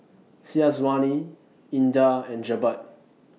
Syazwani Indah and Jebat